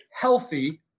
healthy